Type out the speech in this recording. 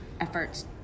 efforts